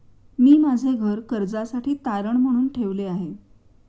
मी माझे घर कर्जासाठी तारण म्हणून ठेवले आहे